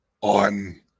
On